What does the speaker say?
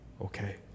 okay